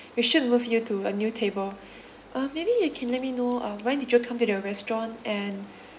we should move you to a new table uh maybe you can let me know uh when did you come to the restaurant and